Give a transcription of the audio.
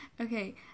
Okay